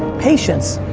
patience,